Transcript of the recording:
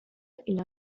إلى